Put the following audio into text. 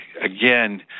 again